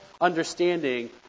understanding